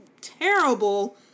terrible